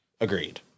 Agreed